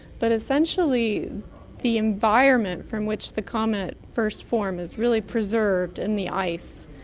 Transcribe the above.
but essentially the environment from which the comet first formed is really preserved in the ice,